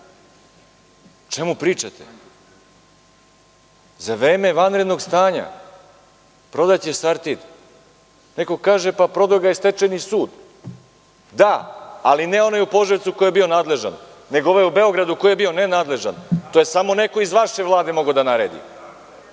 čemu pričate? Za vreme vanrednog stanja prodat je „Sartid“. Neko kaže – prodao ga je stečajni sud. Da, ali ne onaj u Požarevcu koji je bio nadležan, nego onaj u Beogradu koji je bio nenadležan. To je samo neko iz vaše Vlade mogao da naredi. Šta